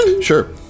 Sure